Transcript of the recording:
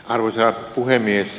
arvoisa puhemies